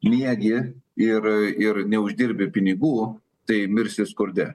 miegi ir ir neuždirbi pinigų tai mirsi skurde